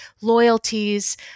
loyalties